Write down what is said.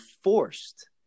forced